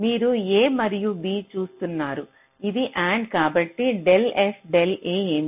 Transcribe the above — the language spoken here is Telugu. మీరు a మరియు b చూస్తున్నారు ఇది AND కాబట్టి డెల్ f డెల్ a ఏమిటి